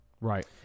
right